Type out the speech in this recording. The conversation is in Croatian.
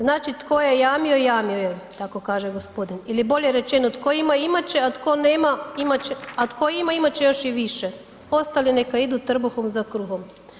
Znači tko je jamio, jamio je, tako kaže gospodin ili bolje rečeno tko je imat će, a tko ima imat će još i više, ostali neka idu trbuhom za kruhom.